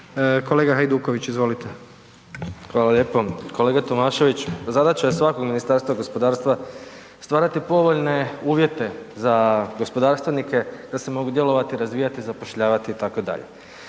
**Hajduković, Domagoj (SDP)** Hvala lijepo. Kolega Tomašević, zadaća je svakog Ministarstva gospodarstva stvarati povoljne uvjete za gospodarstvenike da se mogu djelovati, razvijati i zapošljavati itd.